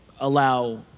allow